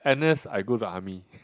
N_S I go to army